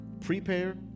prepare